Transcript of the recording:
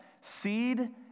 Seed